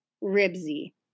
Ribsy